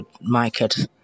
market